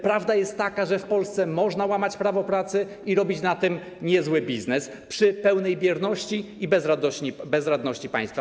Prawda jest taka, że w Polsce można łamać prawo pracy i robić na tym niezły biznes, przy pełnej bierności i bezradności państwa.